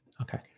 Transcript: Okay